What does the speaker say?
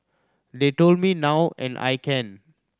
they told me now and I can